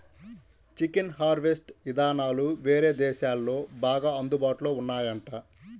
chicken harvest ఇదానాలు వేరే దేశాల్లో బాగా అందుబాటులో ఉన్నాయంట